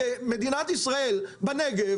הראשונה, סיפור קצר.